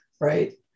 right